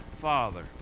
Father